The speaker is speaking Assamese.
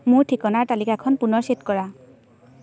মোৰ ঠিকনাৰ তালিকাখন পুনৰ ছেট কৰা